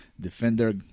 defender